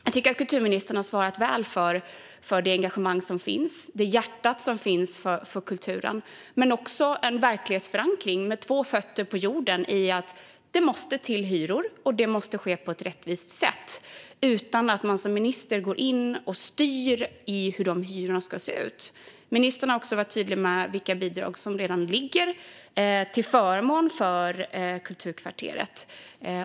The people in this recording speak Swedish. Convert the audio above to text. Jag tycker att kulturministern har svarat väl för det engagemang och det hjärta som finns för kulturen, men hon visar också en verklighetsförankring med två fötter på jorden när det gäller hyror och att det måste ske på ett rättvist sätt utan att hon som minister går in och styr hur hyrorna ska se ut. Ministern har också varit tydlig med vilka bidrag som redan finns till förmån för Musikaliska kvarteret.